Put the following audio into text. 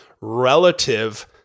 relative